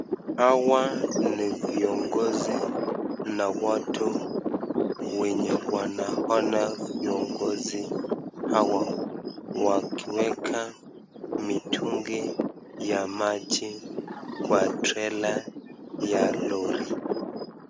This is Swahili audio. Hawa ni viongozi na watu wenye wanaona viongozi hawa wakiweka mitungi ya maji kwa trela ya lori.